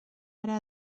era